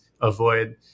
avoid